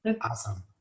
Awesome